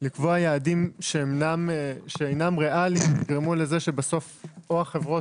לקבוע יעדים שאינם ריאליים יגרמו זה שבסוף לא החברות